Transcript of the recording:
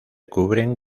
cubren